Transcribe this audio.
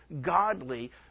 godly